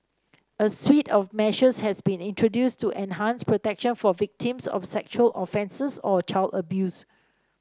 a suite of measures has also been introduced to enhance protection for victims of sexual offences or child abuse